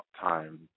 time